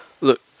Look